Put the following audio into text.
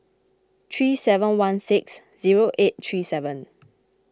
three seven one six zero eight three seven